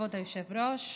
כבוד היושב-ראש,